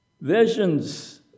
Visions